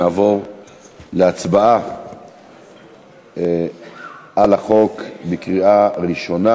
נעבור להצבעה על החוק בקריאה ראשונה.